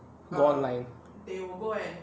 go online